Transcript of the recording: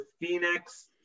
Phoenix